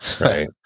Right